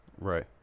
Right